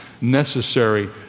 necessary